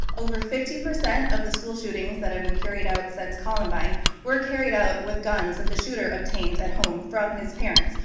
over fifty percent of the school shootings that have been carried out since columbine were carried out with guns that the shooter obtained at home from his parents.